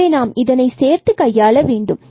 எனவே நாம் இதனை சேர்த்து கையாள வேண்டும்